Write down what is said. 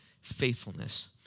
faithfulness